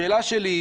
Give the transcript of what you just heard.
השאלה שלי,